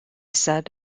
said